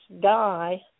guy